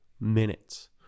minutes